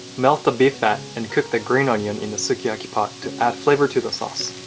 melt the beef fat and cook the green onion in the sukiyaki pot to add flavor to the sauce.